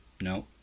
No